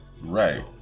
Right